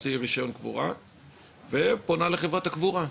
להוציא רישיון קבורה ופונה לחברת הקבורה.